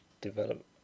develop